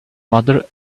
mother